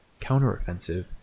counteroffensive